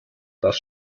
das